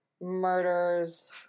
murders